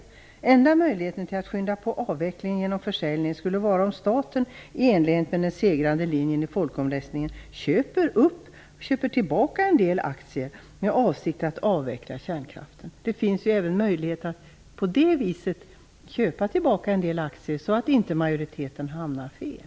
Den enda möjligheten att skynda på avvecklingen genom försäljning skulle vara om staten i enlighet med den segrande linjen i folkomröstningen köper tillbaka en del aktier med avsikt att avveckla kärnkraften. Det finns ju även möjlighet att köpa tillbaka en del aktier så att inte majoriteten hamnar fel.